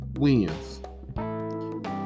wins